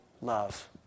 love